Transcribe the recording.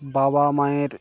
বাবা মায়ের